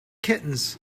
kittens